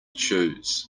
choose